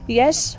yes